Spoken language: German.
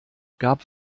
gab